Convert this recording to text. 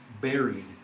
buried